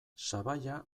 sabaia